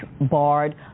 barred